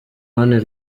anne